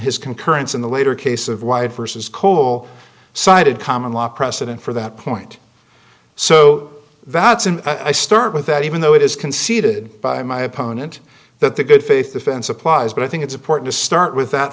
his concurrence in the later case of wide versus coal sided common law precedent for that point so that's an i start with that even though it is conceded by my opponent that the good faith defense applies but i think it's important to start